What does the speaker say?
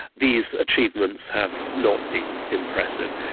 these achievements have not been impressive.